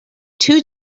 two